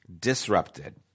disrupted